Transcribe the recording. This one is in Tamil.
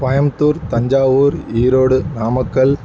கோயம்புத்தூர் தஞ்சாவூர் ஈரோடு நாமக்கல்